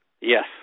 Yes